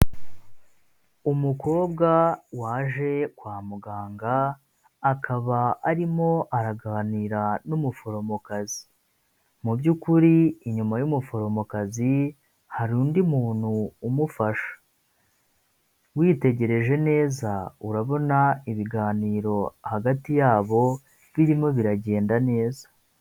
Umukobwa waje kwa muganga akaba arimo araganira n'umuforomokazi. Mu by'ukuri inyuma y'umuforomokazi hari undi muntu umufasha. Witegereje neza, urabona ibiganiro hagati yabo birimo biragenda neza.